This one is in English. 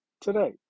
today